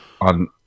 On